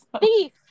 Thief